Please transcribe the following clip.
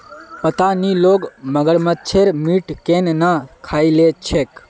पता नी लोग मगरमच्छेर मीट केन न खइ ली छेक